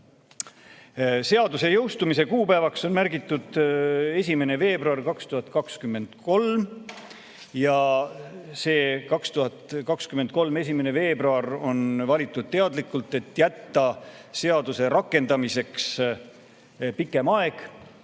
Seaduse jõustumise kuupäevaks on märgitud 1. veebruar 2023 ja see kuupäev on valitud teadlikult, et jätta seaduse rakendamiseks pikem aeg,